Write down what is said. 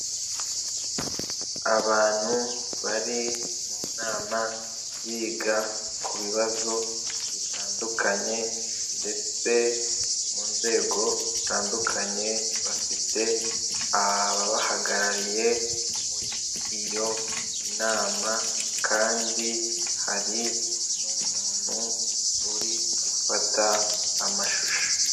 Abantu bari mu nama biga ku bibazo bitandukanye, ndetse mu nzego zitandukanye bafite ababahagarariye muri iyo nama, kandi hari n'umuntu uri gufata amashusho.